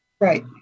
Right